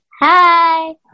Hi